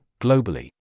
globally